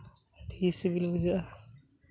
ᱟᱹᱰᱤ ᱥᱤᱵᱤᱞ ᱵᱩᱡᱷᱟᱹᱜᱼᱟ